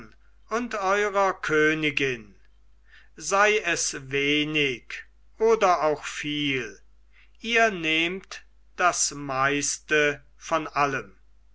und eurer königin sei es wenig oder auch viel ihr nehmt das meiste von allem